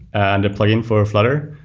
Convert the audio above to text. and plugin for flutter.